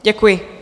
Děkuji.